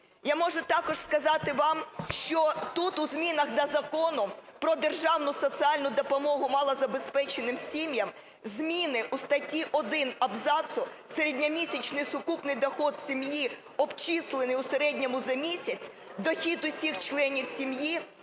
Я можу також сказати вам, що тут у змінах до Закону "Про державну соціальну допомогу малозабезпеченим сім'ям" зміни у статті 1 абзацу середньомісячний сукупний доход сім`ї, обчислений у середньому за місяць, дохід усіх членів сім`ї,